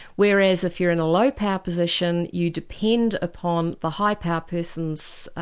whereas if you're in a low power position you depend upon the high power person, so